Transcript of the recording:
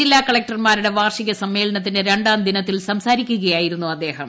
ജില്ലാ കളക്ടർമാരുടെ വാർഷികസമ്മേളനത്തിന്റെ ര ാംദിനത്തിൽ സംസാരിക്കുകയായിരുന്നു അദ്ദേഹം